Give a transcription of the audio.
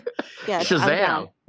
Shazam